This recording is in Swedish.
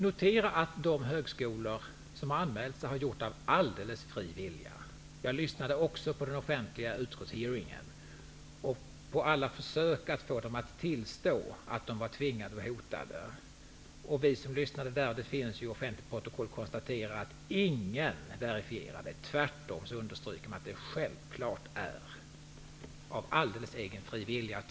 Notera att de högskolor som har anmält sig har gjort det av alldeles fri vilja. Jag lyssnade också på den offentliga utskottshearingen, på alla försök att få högskolornas företrädare att tillstå att de var tvingade och hotade. Vi som lyssnade konstaterade att ingen verifierade detta. Det finns i offentligt protokoll. Tvärtom understryker man att det självfallet är av alldeles egen fri vilja.